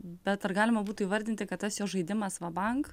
bet ar galima būtų įvardinti kad tas jo žaidimas va bank